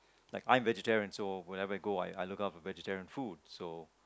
like I'm very vegetarian so whenever I go I look out for vegetarian food so